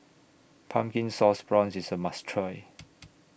Pumpkin Sauce Prawns IS A must Try